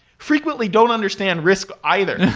frequently don't understand risk either,